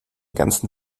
ganzen